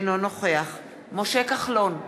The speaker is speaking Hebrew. אינו נוכח משה כחלון,